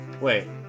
Wait